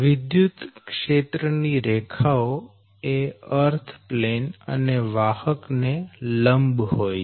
વિદ્યુતક્ષેત્ર ની રેખાઓ એ અર્થ પ્લેન અને વાહક ને લંબ હોય છે